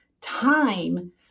time